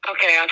Okay